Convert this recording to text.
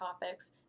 topics